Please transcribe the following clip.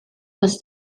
was